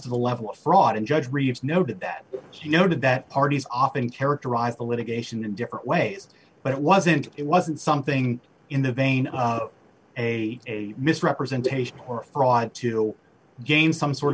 to the level of fraud and judge reeves noted that he noted that parties often characterized the litigation in different ways but it wasn't it wasn't something in the vein of a misrepresentation or fraud to d gain some sort